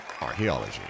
Archaeology